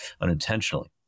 unintentionally